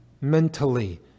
mentally